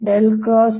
AB